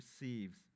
receives